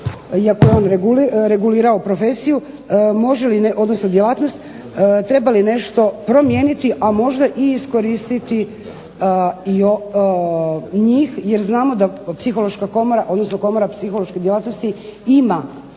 iako je on regulirao profesiju, odnosno djelatnost, treba li nešto promijeniti, a možda i iskoristiti njih jer znamo da psihološka komora,